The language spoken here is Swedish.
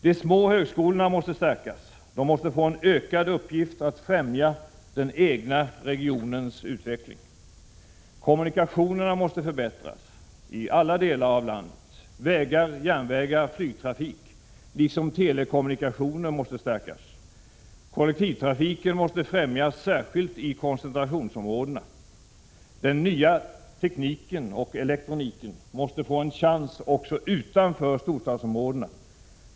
De små högskolorna måste stärkas. De måste få en ökad uppgift att främja den egna regionens utveckling. Kommunikationerna måste förbättras i alla delar av landet. Vägar, järnvägar och flygtrafik liksom telekommunikationer måste stärkas. Kollektivtrafiken måste främjas, särskilt i koncentrationsområdena. Den nya tekniken och elektroniken måste få en chans också utanför storstadsområdena.